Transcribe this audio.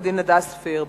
עורכת-הדין הדס פרבר: